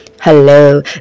Hello